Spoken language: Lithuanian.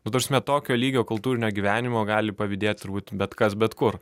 nu ta prasme tokio lygio kultūrinio gyvenimo gali pavydėt turbūt bet kas bet kur